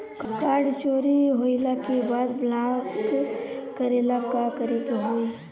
Card चोरी होइला के बाद ब्लॉक करेला का करे के होई?